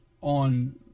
on